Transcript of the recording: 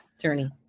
journey